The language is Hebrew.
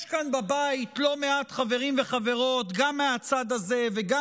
יש כאן בבית לא מעט חברים וחברות גם מהצד הזה וגם